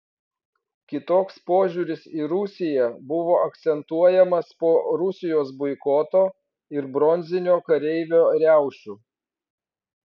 kitoks požiūris į rusiją buvo akcentuojamas po rusijos boikoto ir bronzinio kareivio riaušių